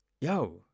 yo